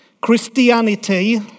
Christianity